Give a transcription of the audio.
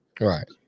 Right